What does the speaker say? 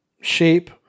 shape